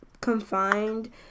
confined